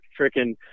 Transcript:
freaking